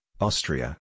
Austria